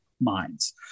minds